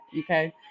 okay